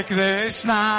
Krishna